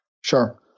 Sure